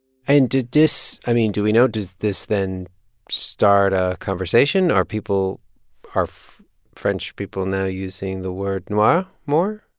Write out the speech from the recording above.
and did this i mean, do we know does this then start a conversation? are people are french people now using the word noir more?